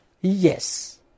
Yes